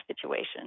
situation